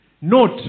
note